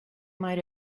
might